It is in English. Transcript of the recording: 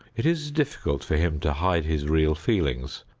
it is difficult for him to hide his real feelings,